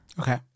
okay